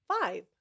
Five